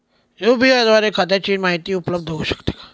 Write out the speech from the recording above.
UPI द्वारे खात्याची माहिती उपलब्ध होऊ शकते का?